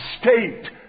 state